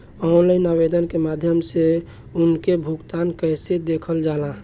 Online आवेदन के माध्यम से उनके भुगतान कैसे देखल जाला?